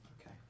okay